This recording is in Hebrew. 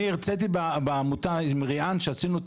אני הרצאתי בעמותה עם ריאן שעשינו את